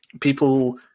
people